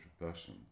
person